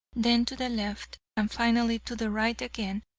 then to the left and finally to the right again,